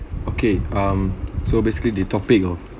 okay um so basically the topic of